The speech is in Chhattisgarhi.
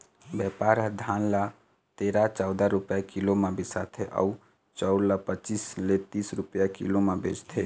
बेपारी ह धान ल तेरा, चउदा रूपिया किलो म बिसाथे अउ चउर ल पचीस ले तीस रूपिया किलो म बेचथे